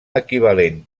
equivalent